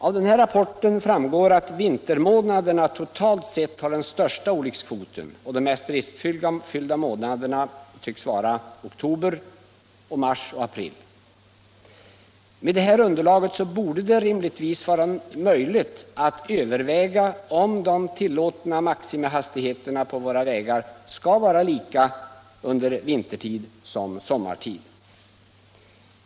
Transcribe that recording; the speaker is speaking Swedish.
Av rapporten framgår att vintermånaderna totalt sett har den högsta olyckskvoten. De mest riskfyllda månaderna synes vara oktober, mars och april. Med detta underlag borde det rimligtvis vara möjligt att överväga om de tillåtna maximihastigheterna på våra vägar skall vara lika under vintertid som sommartid.